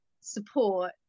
support